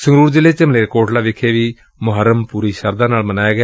ਸੰਗਰੁਰ ਜ਼ਿਲ੍ਹੇ ਚ ਮਲੇਰਕੋਟਲਾ ਵਿਖੇ ਵੀ ਮੁਹੱਰਮ ਪੁਰੀ ਸ਼ਰਧਾ ਨਾਲ ਮਨਾਇਆ ਗਿਆ